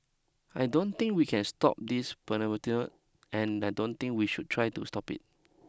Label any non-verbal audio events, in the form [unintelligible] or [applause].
I don't think we can stop this [unintelligible] and I don't think we should try to stop it